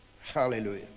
Hallelujah